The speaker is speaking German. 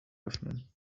öffnen